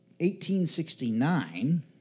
1869